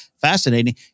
Fascinating